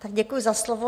Děkuji za slovo.